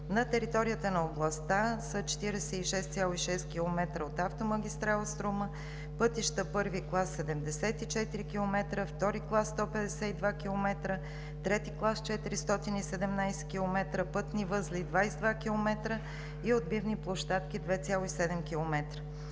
На територията на областта са: 46,6 км от автомагистрала „Струма“, пътища първи клас – 74 км, втори клас – 152 км, трети клас – 417 км, пътни възли – 22 км, и отбивни площадки – 2,7 км.